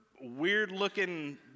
weird-looking